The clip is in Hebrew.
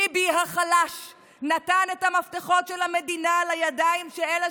ביבי החלש נתן את המפתחות של המדינה לידיים של אלה